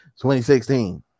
2016